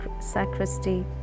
sacristy